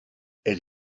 elle